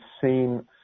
seen